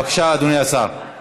בבקשה, אדוני השר.